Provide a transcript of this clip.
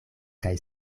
kaj